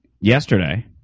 yesterday